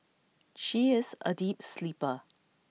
she is A deep sleeper